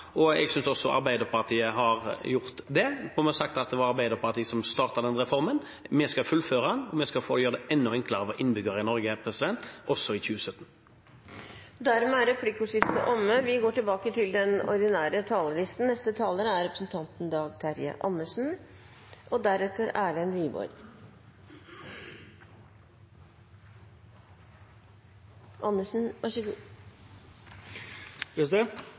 og jeg synes også at Arbeiderpartiet har gjort det, og vi har sagt at det var Arbeiderpartiet som startet den reformen. Vi skal fullføre den, og vi skal gjøre det enda enklere for innbyggerne i Norge også i 2017. Replikkordskiftet er omme. Når vi om en drøy uke går inn i julehøytida, er det i en situasjon med historisk høy arbeidsledighet. Det er